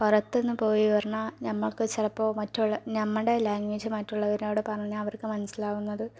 പുറത്തുനിന്ന് പോയി പറഞ്ഞാൽ നമുക്ക് ചിലപ്പോൾ മറ്റുള്ള നമ്മുടെ ലാംഗ്വേജ് മറ്റുള്ളവരോട് പറഞ്ഞാൽ അവർക്ക് മനസ്സിലാവുന്നത്